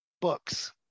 books